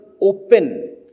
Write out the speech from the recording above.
open